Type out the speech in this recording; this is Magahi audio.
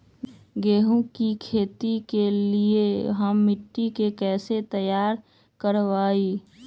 गेंहू की खेती के लिए हम मिट्टी के कैसे तैयार करवाई?